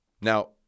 Now